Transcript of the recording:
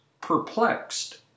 Perplexed